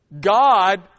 God